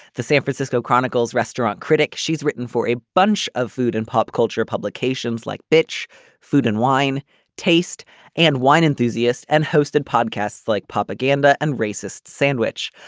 the san francisco chronicle's restaurant critic she's written for a bunch of food and pop culture publications like bitch food and wine taste and wine enthusiast and hosted podcasts like propaganda and racist sandwich.